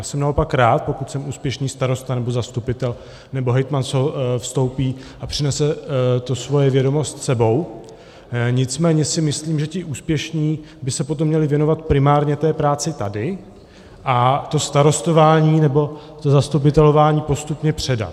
Jsem naopak rád, pokud sem úspěšný starosta nebo zastupitel nebo hejtman vstoupí a přinese tu svoji vědomost s sebou, nicméně si myslím, že ti úspěšní by se potom měli věnovat primárně té práci tady a to starostování nebo to zastupitelování postupně předat.